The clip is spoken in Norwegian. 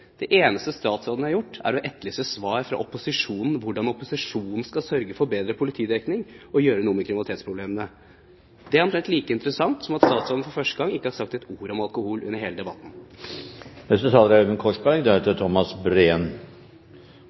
Det eneste statsråden har gjort, er å etterlyse svar fra opposisjonen, hvordan opposisjonen skal sørge for bedre politidekning og gjøre noe med kriminalitetsproblemene. Det er omtrent like interessant som at statsråden for første gang ikke har sagt ett ord om alkohol under hele debatten.